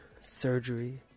surgery